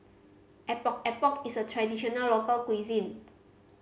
Epok Epok is a traditional local cuisine